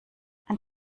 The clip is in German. ein